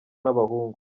n’abahungu